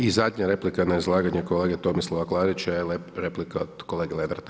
I zadnja replika na izlaganje kolege Tomislava Klarića, je replika od kolege Lenarta.